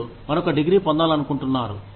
మీరు మరొక డిగ్రీ పొందాలనుకుంటున్నారు